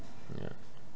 yeah